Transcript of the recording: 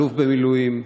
אלוף במילואים,